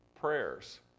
prayers